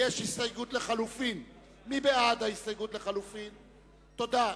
תודה.